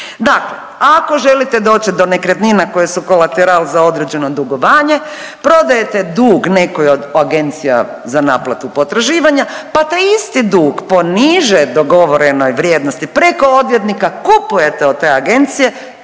Dakle, ako želite doći do nekretnine koje su kolateral za određeno dugovanje prodajte dug nekoj od agencija za naplatu potraživanja, pa taj isti dug po niže dogovorenoj vrijednosti preko odvjetnika kupujete od te agencije.